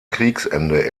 kriegsende